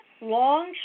long